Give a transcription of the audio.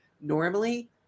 normally